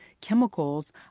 chemicals